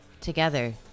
together